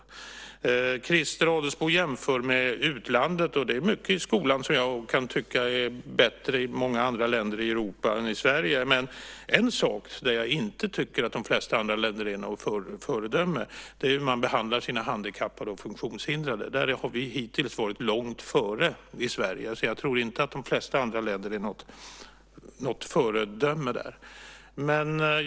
Christer Adelsbo jämför med utlandet. Det är mycket i skolan som jag kan tycka är bättre i många andra länder i Europa än i Sverige. Ett område där jag inte tycker att de flesta andra länder är något föredöme är hur man behandlar sina handikappade och funktionshindrade. Där har vi i Sverige hittills varit långt före. Jag tror inte att de flesta andra länder är något föredöme där.